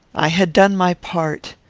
i had done my part.